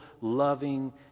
loving